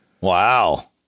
Wow